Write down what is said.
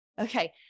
Okay